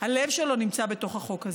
הלב שלו נמצא בתוך החוק הזה.